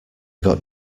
got